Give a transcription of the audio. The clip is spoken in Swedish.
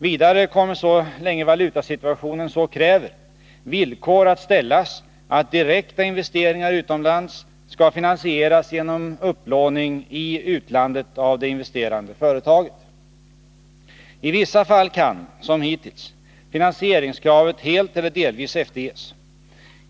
Vidare kommer, så länge valutasituationen så kräver, villkor att ställas att direkta investeringar utomlands skall finansieras genom upplåning i utlandet av det investerande företaget. I vissa fall kan, som hittills, finansieringskravet helt eller delvis efterges.